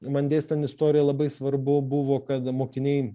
man dėstan istoriją labai svarbu buvo kad mokiniai